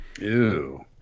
Ew